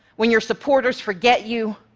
when your supporters forget you,